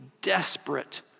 desperate